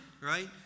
Right